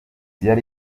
yari